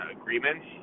agreements